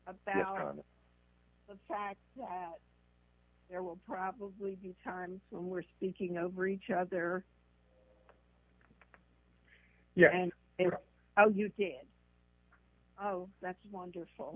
about the fact that there will probably be a time when we're speaking over each other yeah and oh you did that's wonderful